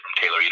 Taylor